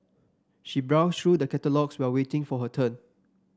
she browsed through the catalogues while waiting for her turn